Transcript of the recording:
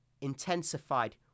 intensified